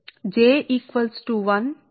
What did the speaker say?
మీకు మరొకటి అయితే మరో పదం జోడించబడుతుంది